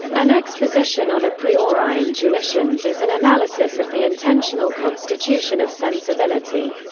an exposition on a priori intuitions is an analysis of the intentional constitution of sensibility.